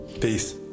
Peace